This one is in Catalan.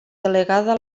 delegada